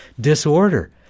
disorder